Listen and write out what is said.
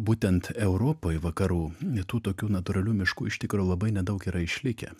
būtent europoj vakarų tų tokių natūralių miškų iš tikro labai nedaug yra išlikę